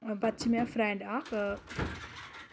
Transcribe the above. پَتہٕ چھِ مےٚ فرٛؠنٛڈ اَکھ